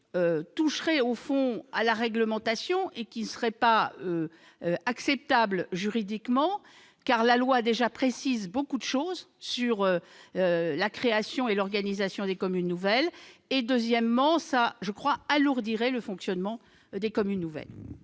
touchant à la réglementation et qui ne seraient pas acceptables juridiquement, car la loi précise déjà beaucoup de choses sur la création et l'organisation des communes nouvelles. Ensuite, je crois que cela alourdirait le fonctionnement des communes nouvelles.